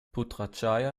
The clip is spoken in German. putrajaya